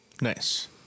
Nice